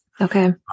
Okay